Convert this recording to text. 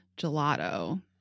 gelato